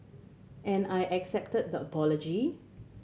and I accepted the apology